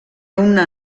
una